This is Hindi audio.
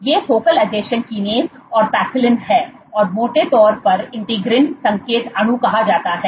ये फोकल आसंजन किनेज़ और पैक्सिलिन हैं और मोटे तौर पर इंटीग्रीन संकेत अणु कहा जाता है